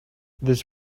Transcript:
this